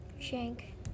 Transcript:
shank